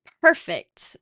perfect